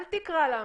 אל תקרא לה מגן,